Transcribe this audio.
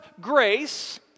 grace